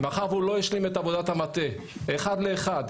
מאחר והוא לא השלים את עבודת המטה אחד לאחד,